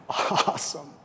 awesome